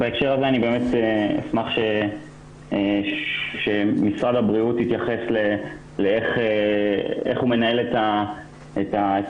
בהקשר הזה אשמח שמשרד הבריאות יתייחס איך הוא מנהל את ההסכמים